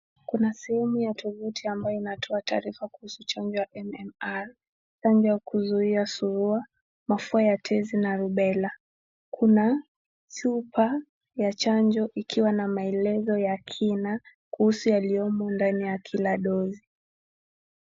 Kuna sehemu ya tovuti ambayo inatoa taarifa kuhusu chanjo ya MMR, kuzuia surua, mapua ya tezi na rubella. Kuna chupa ya chanjo ikiwa na maelezo ya kina kuhusu yaliyomo ndani ya kila dozi.